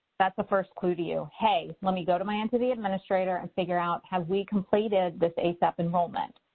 that's the first clue to you hey, let me go to my entity administrator and figure out, have we completed this asap enrollment?